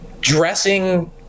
dressing